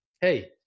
hey